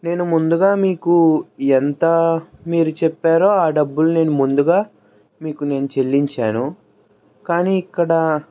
నేను ముందుగా మీకు ఎంతా మీరు చెప్పారో ఆ డబ్బులు నేను ముందుగా మీకు నేను చెల్లించాను కానీ ఇక్కడ